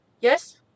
yes